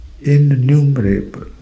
innumerable